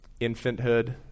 infanthood